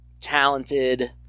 talented